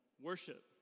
worship